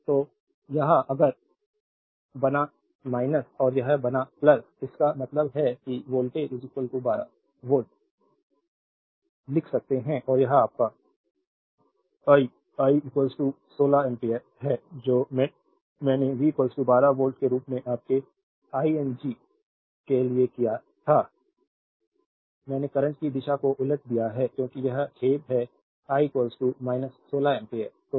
तो यह एक अगर बना और यह बना है इसका मतलब है कि वोल्टेज हम 12 वोल्ट लिख सकते हैं और यह आपका I I आपका 16 एम्पियर है जो मैंने V 12 वोल्ट के रूप में आपके आईएनजी के लिए किया था मैंने करंट की दिशा को उलट दिया है क्योंकि यह खेद है I 16 एम्पीयर